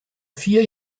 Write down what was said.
vier